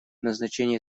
назначение